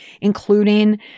including